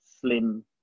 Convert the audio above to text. slim